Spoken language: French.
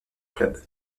club